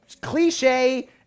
cliche